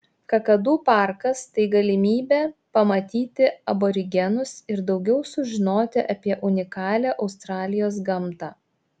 kakadu parkas tai galimybė pamatyti aborigenus ir daugiau sužinoti apie unikalią australijos gamtą